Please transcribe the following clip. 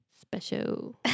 special